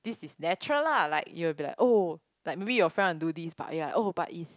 this is natural la like you will be like oh like maybe your friend wanna do this but ya oh but is